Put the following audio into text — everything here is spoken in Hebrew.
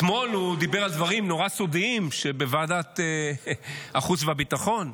אתמול הוא דיבר על דברים נורא סודיים בוועדת החוץ והביטחון.